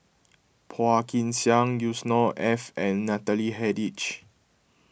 Phua Kin Siang Yusnor Ef and Natalie Hennedige